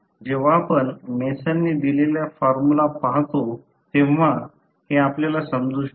जेव्हा आपण मेसनने दिलेला फॉर्म्युला पाहतो तेव्हा हे आपल्याला समजू शकते